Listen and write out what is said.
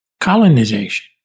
Colonization